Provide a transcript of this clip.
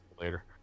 Later